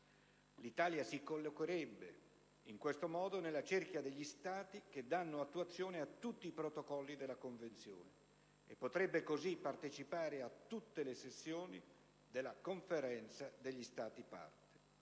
L'Italia si collocherebbe, in questo modo, nella cerchia degli Stati che danno attuazione a tutti i protocolli della Convenzione e potrebbe così partecipare a tutte le sessioni della Conferenza degli Stati parte.